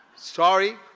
sorry,